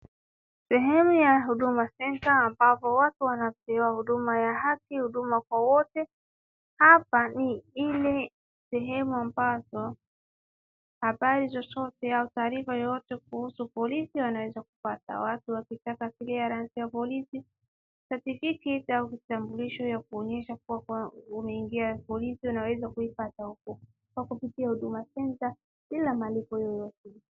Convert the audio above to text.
Sehemu ya huduma centre ambapo watu wanapewa huduma ya haki, huduma kwa wote, hapa ni ile sehemu ambazo habari zozote au taarifa yoyote kuhusu polisi wanaweza kupata. Watu wakitaka clearance ya polisi na tikiti za kitambulisho ya kuonyesha kuwa umeingia polisi unaweza kuipata huko kwa kupitia huduma centre bila malipo yoyote.